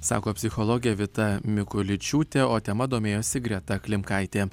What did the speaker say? sako psichologė vita mikuličiūtė o tema domėjosi greta klimkaitė